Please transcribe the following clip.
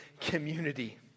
community